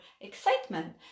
excitement